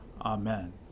Amen